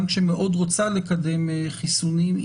גם כשמאוד רוצה לקדם חיסונים,